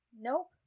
Nope